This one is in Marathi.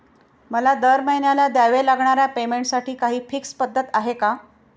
मला दरमहिन्याला द्यावे लागणाऱ्या पेमेंटसाठी काही फिक्स पद्धत आहे का?